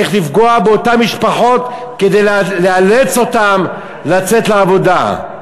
איך לפגוע באותן משפחות כדי לאלץ אותן לצאת לעבודה.